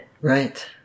Right